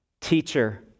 teacher